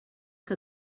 que